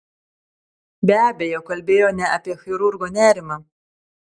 be abejo kalbėjo ne apie chirurgo nerimą